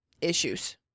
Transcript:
issues